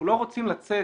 אנחנו לא רוצים לצאת